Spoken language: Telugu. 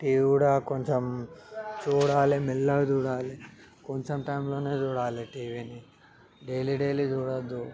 టీవీ కూడా కొంచెం చూడాలి మెల్లగా చూడాలి కొంచెం టైంలోనే చూడాలి టీవీని డైలీ డైలీ చూడవద్దు